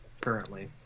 currently